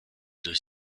durch